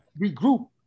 regroup